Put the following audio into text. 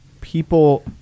people